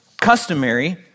customary